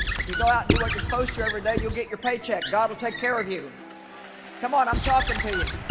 if you go out and do what you're supposed to every day, you'll get your paycheck. god will take care of you come on, i'm talking to you